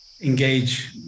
engage